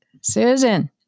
Susan